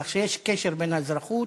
כך שיש קשר בין האזרחות